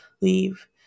leave